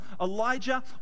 Elijah